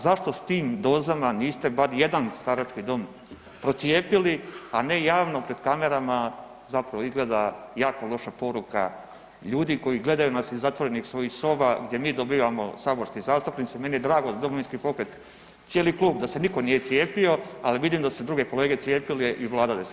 Zašto s tim dozama niste bar jedan starački dom procijepili a ne javno pred kamerama, zapravo izgleda jako loša poruka ljudi koji gledaju nas iz zatvorenih svojih soba gdje mi dobivamo saborski zastupnici, meni je drago da Domovinski pokret, cijeli klub da se nitko nije cijepio ali vidim da su druge kolege cijepile i Vlada da se cijepila.